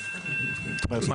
זאת אומרת,